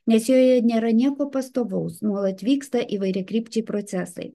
nes joje nėra nieko pastovaus nuolat vyksta įvairiakrypčiai procesai